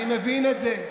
אני מבין את זה.